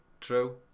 true